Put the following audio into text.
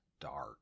dark